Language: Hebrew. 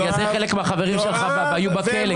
בגלל זה חלק מהחברים שלך היו בכלא,